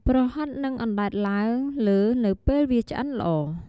ប្រហិតនឹងអណ្តែតឡើងលើនៅពេលវាឆ្អិនល្អ។